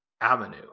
avenue